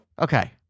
Okay